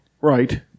Right